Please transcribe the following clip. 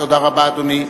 תודה רבה, אדוני.